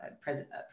president